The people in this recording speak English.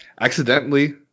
Accidentally